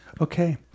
Okay